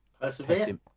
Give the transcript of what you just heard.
Persevere